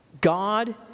God